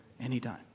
Anytime